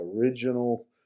original